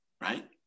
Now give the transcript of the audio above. right